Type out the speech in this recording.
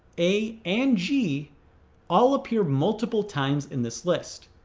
a and g all appear multiple times in this list.